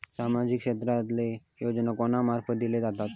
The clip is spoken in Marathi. सामाजिक क्षेत्रांतले योजना कोणा मार्फत दिले जातत?